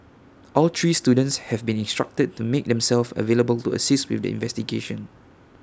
all three students have been instructed to make themselves available to assist with the investigation